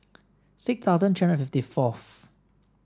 six thousand three hundred and fifty fourth